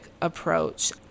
approach